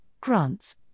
grants